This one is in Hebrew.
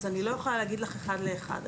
אז אני לא יכולה להגיד לך אחד לאחד.